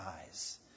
eyes